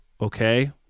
okay